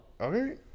Okay